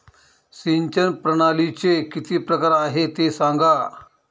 सिंचन प्रणालीचे किती प्रकार आहे ते सांगा